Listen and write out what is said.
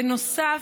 בנוסף,